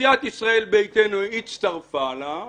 סיעת ישראל ביתנו הצטרפה לה.